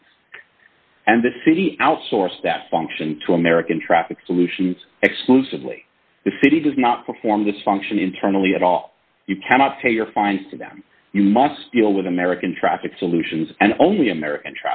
things and the city outsourced that function to american traffic solutions exclusively the city does not perform this function internally at all you cannot pay your fine to them you must deal with american traffic solutions and only american